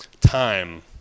time